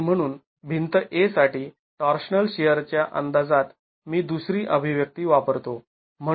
आणि म्हणून भिंत A साठी टॉर्शनल शिअर च्या अंदाजात मी दुसरी अभिव्यक्ती वापरतो